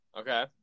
Okay